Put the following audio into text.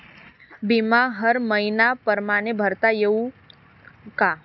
बिमा हर मइन्या परमाने भरता येऊन का?